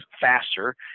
faster